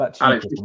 Alex